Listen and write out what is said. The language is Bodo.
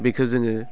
बेखौ जोङो